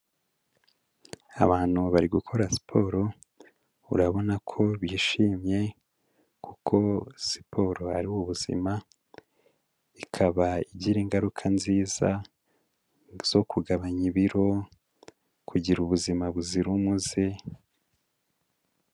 Abantu bari gukora siporo urabona ko bishimye kuko siporo ari ubuzima, ikaba igira ingaruka nziza zo kugabanya ibiro, kugira ubuzima buzira umuze.